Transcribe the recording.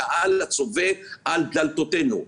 הקהל הצובא על דלתותינו.